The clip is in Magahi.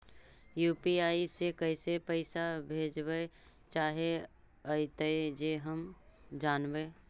यु.पी.आई से कैसे पैसा भेजबय चाहें अइतय जे हम जानबय?